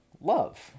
love